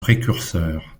précurseur